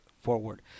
forward